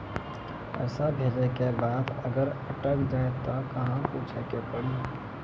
पैसा भेजै के बाद अगर अटक जाए ता कहां पूछे के पड़ी?